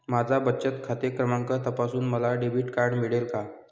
माझा बचत खाते क्रमांक तपासून मला डेबिट कार्ड मिळेल का?